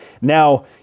now